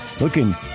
looking